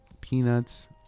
peanuts